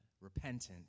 repentant